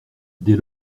dès